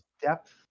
depth